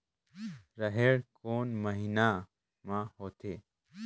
रेहेण कोन महीना म होथे?